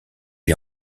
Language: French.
est